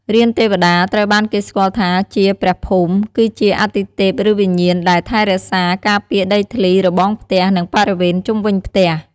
រានទេវតា ត្រូវបានគេស្គាល់ថាជាព្រះភូមិ គឺជាអាទិទេពឬវិញ្ញាណដែលថែរក្សាការពារដីធ្លី របងផ្ទះ និងបរិវេណជុំវិញផ្ទះ។